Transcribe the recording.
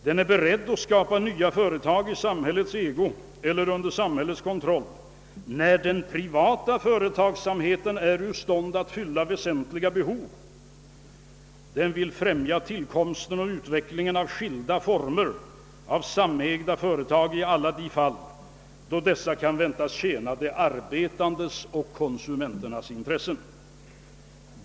— »Den är beredd att skapa nya företag i samhällets ägo eller under samhällets kontroll, när den privata företagsamheten är ur stånd att fylla väsentliga behov. Den vill främja tillkomsten och utvecklingen av skilda former av samägda företag i alla de fall, då dessa kan väntas tjäna de arbetandes och konsumenternas intressen.